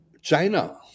China